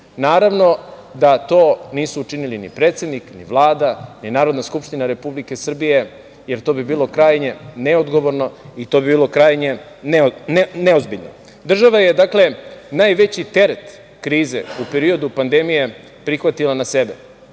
da to nisu učinili ni predsednik, ni Vlada, ni Narodna skupština Republike Srbije, jer to bi bilo krajnje neodgovorno i to bi bilo krajnje neozbiljno. Država je, dakle, najveći teret krize u periodu pandemije prihvatila na sebe.